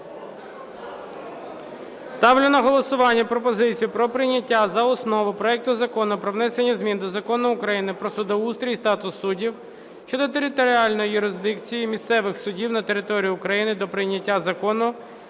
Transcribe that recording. Ставлю на голосування пропозицію про прийняття за основу проекту Закону про внесення змін до Закону України "Про судоустрій і статус суддів" щодо територіальної юрисдикції місцевих судів на території України до прийняття закону